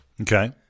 Okay